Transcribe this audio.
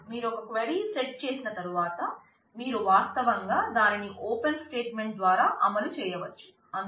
ఇతర లక్షణాలను మనం ఇప్పుడు చూద్దాం